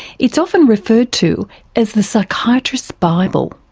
it's often referred to as the psychiatrists' bible.